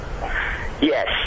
Yes